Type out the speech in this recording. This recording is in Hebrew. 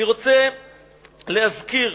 אני רוצה להזכיר